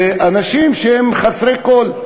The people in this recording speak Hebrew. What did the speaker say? ואנשים שהם חסרי כול.